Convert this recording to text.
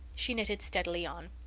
she knitted steadily on.